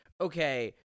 okay